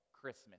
Christmas